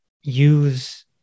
use